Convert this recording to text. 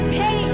pay